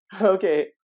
Okay